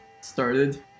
started